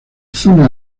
zona